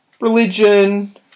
religion